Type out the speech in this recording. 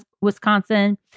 Wisconsin